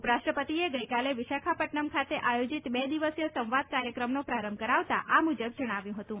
ઉપરાષ્ટ્રપતિએ ગઈકાલે વાશાખાપટ્ટનમ ખાતે આયોજીત બે દિવસીય સંવાદ કાર્યક્રમનો પ્રારંભ કરાવતા આ મુજબ જણાવ્યું હતું